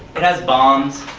it has bombs,